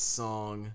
song